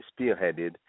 spearheaded